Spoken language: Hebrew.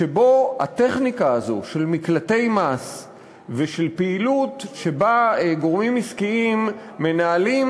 שבה הטכניקה הזאת של מקלטי מס ושל פעילות שבה גורמים עסקיים מנהלים